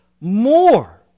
more